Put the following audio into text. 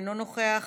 אינו נוכח,